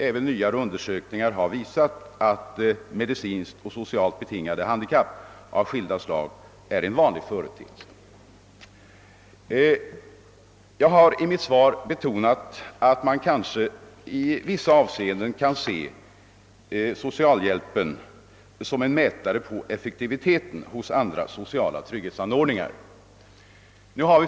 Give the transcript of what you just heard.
Även nyare undersökningar har visat att medicinskt och socialt betingade handikapp av skilda slag är en vanlig företeelse. Jag har i mitt svar betonat, att man i vissa avseenden kan se socialhjälpen som en mätare på effektiviteten beträffande andra sociala trygghetsanordningar.